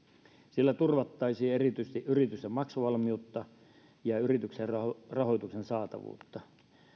sillä turvattaisiin erityisesti yritysten maksuvalmiutta ja yrityksen rahoituksen saatavuutta